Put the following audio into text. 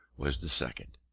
was the second.